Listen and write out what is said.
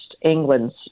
England's